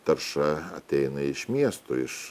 tarša ateina iš miesto iš